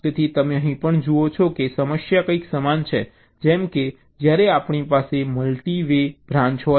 તેથી તમે અહીં પણ જુઓ કે સમસ્યા કંઈક સમાન છે જેમ કે જ્યારે આપણી પાસે મલ્ટિ વે બ્રાન્ચ હોય